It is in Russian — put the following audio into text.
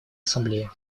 ассамблее